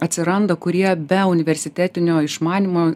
atsiranda kurie be universitetinio išmanymo